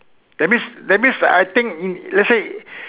that means that means I think let's say